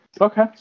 Okay